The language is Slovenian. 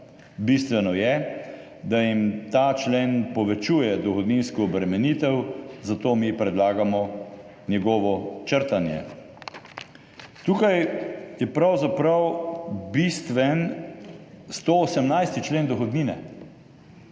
Bistveno je, da jim ta člen povečuje dohodninsko obremenitev, zato mi predlagamo njegovo črtanje. Tukaj je pravzaprav bistven 118. člen Zakona